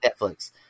Netflix